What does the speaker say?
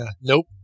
Nope